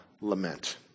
lament